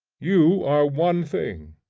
you are one thing,